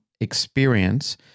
experience